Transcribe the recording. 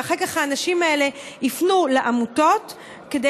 ואחר כך האנשים האלה יפנו לעמותות כדי